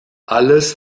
alles